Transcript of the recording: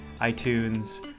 iTunes